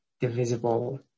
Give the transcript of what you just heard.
divisible